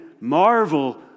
marvel